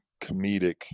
comedic